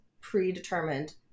predetermined